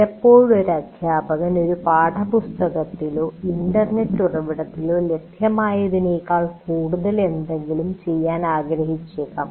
ചിലപ്പോൾ ഒരു അധ്യാപകൻ ഒരു പാഠപുസ്തകത്തിലോ ഇന്റർനെറ്റ് ഉറവിടത്തിലോ ലഭ്യമായതിനേക്കാൾ കൂടുതൽ എന്തെങ്കിലും ചെയ്യാൻ ആഗ്രഹിച്ചേക്കാം